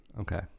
Okay